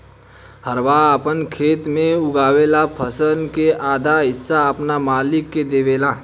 हरवाह आपन खेत मे उगावल फसल के आधा हिस्सा आपन मालिक के देवेले